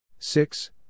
Six